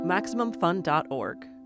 MaximumFun.org